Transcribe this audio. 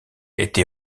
été